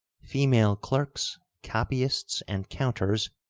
female clerks, copyists, and counters,